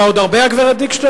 נערים ונערות זרוקים ברחובות,